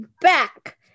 back